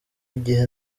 igihe